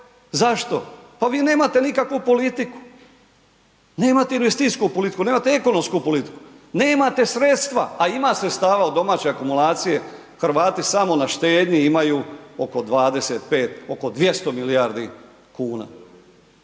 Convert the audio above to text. Zašto? Pa vi nemate nikakvu politiku, nemate investicijsku politiku, nemate ekonomsku politiku, nemate sredstva, a ima sredstava u domaćoj akumulaciji, Hrvati samo na štednji imaju oko 25, oko 200 milijardi kuna.